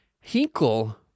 Hinkle